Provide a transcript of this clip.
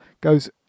goes